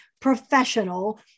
professional